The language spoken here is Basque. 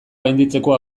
gainditzeko